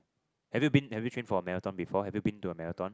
have you been have you trained for a marathon before have you been to a marathon